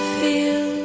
feel